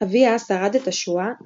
אביה שרד את השואה,